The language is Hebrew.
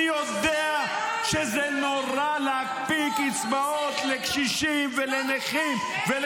ואני יודע שזה נורא להקפיא קצבאות לקשישים ולנכים.